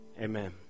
Amen